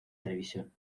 televisión